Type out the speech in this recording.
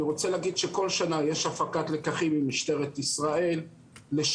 אני רוצה להגיד שכל שנה יש הפקת לקחים ממשטרת ישראל לשיפור,